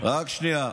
רק שנייה.